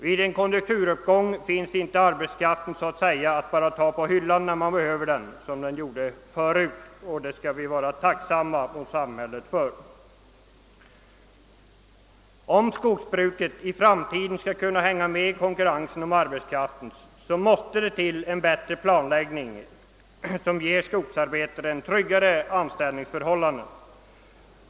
Vid en konjunkturuppgång kan man så att säga inte ta arbetskraften på hyllan, när man behöver den, som man gjorde förr — och att det inte längre är möjligt skall vi vara samhället tacksamma för. Om skogsbruket i framtiden skall kunna hänga med i konkurrensen om arbetskraft måste det bli en bättre planläggning som ger skogsarbetaren tryggare anställningsförhållanden.